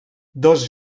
dos